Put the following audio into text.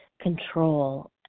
control